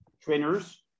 trainers